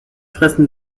fressen